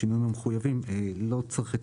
בשינויים המחויבים." לא צריך את